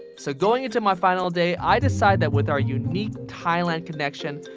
so going into my final day, i decide that with our unique thailand connection,